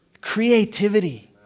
creativity